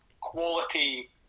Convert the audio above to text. quality